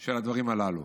של הדברים הללו".